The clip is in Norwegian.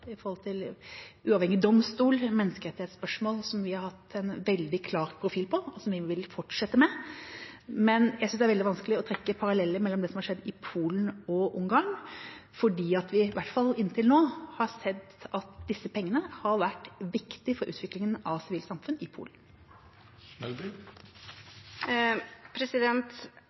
en veldig klar profil på, og som vi vil fortsette med – er helt uomtvistelig, men jeg syns det er veldig vanskelig å trekke paralleller mellom det som har skjedd i Polen og i Ungarn, fordi vi i hvert fall inntil nå har sett at disse pengene har vært viktig for utviklingen av sivilt samfunn i